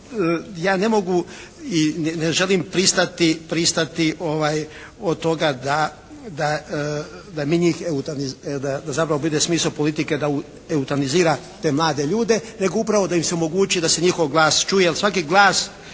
ja ne mogu i ne želim pristati od toga da mi njih, da zapravo bude smisao politike da eutanazira te mlade ljude nego upravo da im se omogući da se njihov glas čuje, jer svaki glas